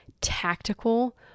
tactical